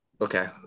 Okay